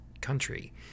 country